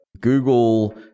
google